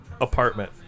apartment